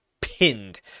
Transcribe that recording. pinned